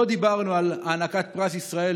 לא דיברנו על הענקת פרס ישראל,